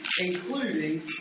including